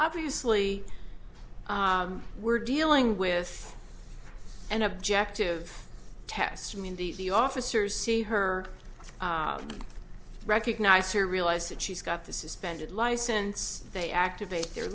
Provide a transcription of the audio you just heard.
obviously we're dealing with an objective test mindy's the officers see her recognize her realize that she's got the suspended license they activate their